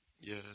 yes